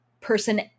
person